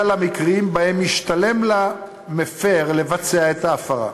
למקרים שבהם משתלם למפר לבצע את ההפרה.